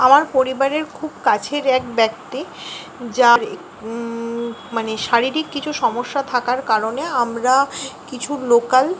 আমার পরিবারের খুব কাছের এক ব্যক্তি যার মানে শারীরিক কিছু সমস্যা থাকার কারণে আমরা কিছু লোকাল